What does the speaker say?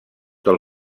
del